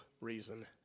reason